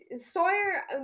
Sawyer